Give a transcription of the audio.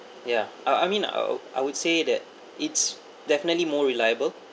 ya I I mean uh I would say that it's definitely more reliable